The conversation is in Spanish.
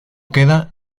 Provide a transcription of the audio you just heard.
queda